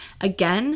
again